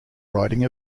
riding